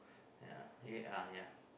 yeah uh yeah